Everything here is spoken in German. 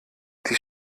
die